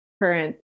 Current